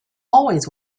always